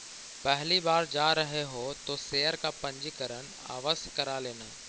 पहली बार जा रहे हो तो शेयर का पंजीकरण आवश्य करा लेना